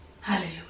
hallelujah